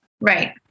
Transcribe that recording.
Right